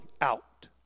out